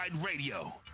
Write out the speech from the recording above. radio